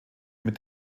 mit